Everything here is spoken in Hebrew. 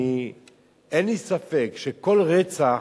אין לי ספק שכל רצח,